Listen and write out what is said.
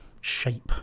shape